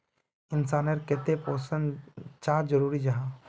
इंसान नेर केते पोषण चाँ जरूरी जाहा?